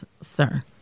sir